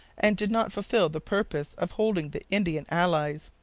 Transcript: and did not fulfil the purpose of holding the indian allies.